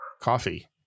coffee